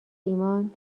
ایمان